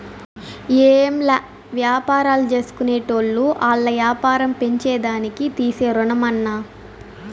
ఏంలా, వ్యాపారాల్జేసుకునేటోళ్లు ఆల్ల యాపారం పెంచేదానికి తీసే రుణమన్నా